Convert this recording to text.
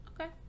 okay